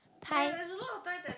thigh